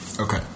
Okay